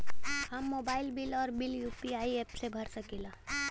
हम mobile bill और bill UPI app से भर सकिला